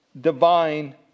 divine